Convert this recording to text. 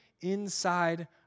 inside